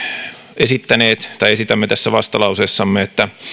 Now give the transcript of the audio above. esittäneet tai esitämme tässä vastalauseessamme että